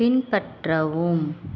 பின்பற்றவும்